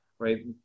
right